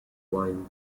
lime